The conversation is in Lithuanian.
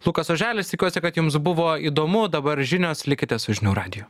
lukas oželis tikiuosi kad jums buvo įdomu dabar žinios likite su žinių radiju